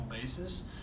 basis